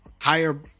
higher